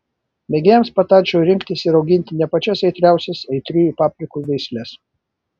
mėgėjams patarčiau rinktis ir auginti ne pačias aitriausias aitriųjų paprikų veisles